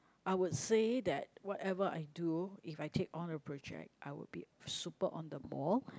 I would say that whatever I do if I take on a project I would be super on the ball